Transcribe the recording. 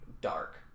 dark